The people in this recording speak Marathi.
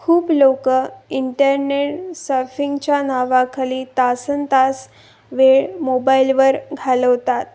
खूप लोक इंटरनेट सर्फिंगच्या नावाखाली तासनतास वेळ मोबाईलवर घालवतात